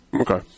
Okay